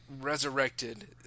resurrected